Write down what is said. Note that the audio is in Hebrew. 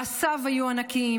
מעשיו היו ענקיים,